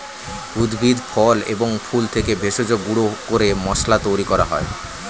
উদ্ভিদ, ফল এবং ফুল থেকে ভেষজ গুঁড়ো করে মশলা তৈরি করা হয়